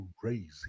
crazy